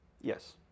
Yes